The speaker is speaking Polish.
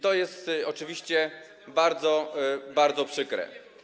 To jest oczywiście bardzo, bardzo przykre.